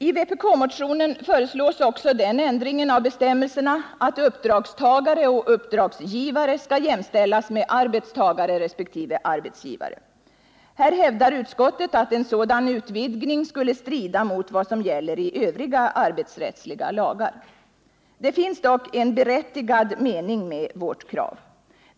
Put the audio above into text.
I vpk-motionen föreslås också den ändringen av bestämmelserna, att uppdragstagare och uppdragsgivare skall jämställas med arbetstagare resp. arbetsgivare. Här hävdar utskottet att en sådan utvidgning skulle strida mot vad som gäller i övriga arbetsrättsliga lagar. Det finns dock ett berättigat skäl till vårt krav.